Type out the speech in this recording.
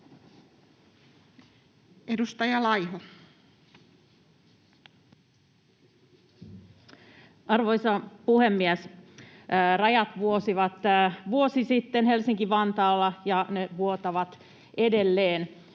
Edustaja Laiho. Arvoisa puhemies! Rajat vuotivat vuosi sitten Helsinki-Vantaalla ja ne vuotavat edelleen.